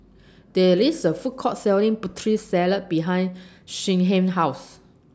There IS A Food Court Selling Putri Salad behind Shyheim's House